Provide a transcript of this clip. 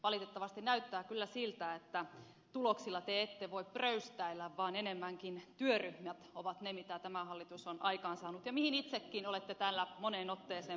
valitettavasti näyttää kyllä siltä että tuloksilla te ette voi pröystäillä vaan enemmänkin työryhmät ovat ne mitä tämä hallitus on aikaansaanut ja mihin itsekin olette täällä moneen otteeseen puheessanne viitannut